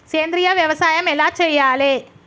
సేంద్రీయ వ్యవసాయం ఎలా చెయ్యాలే?